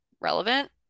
relevant